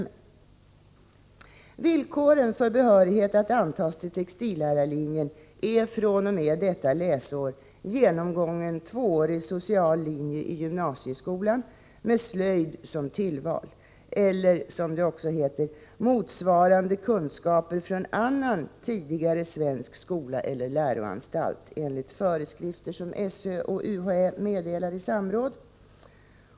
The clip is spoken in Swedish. Ett villkor för behörighet till textillärarlinjen är fr.o.m. detta läsår att man genomgått utbildning på tvåårig social linje i gymnasieskolan med slöjd som tillval eller att man har, som det heter, ”motsvarande kunskaper från annan motsvarande eller tidigare svensk skola eller läroanstalt enligt föreskrifter som SÖ och UHÄ meddelar i samråd”.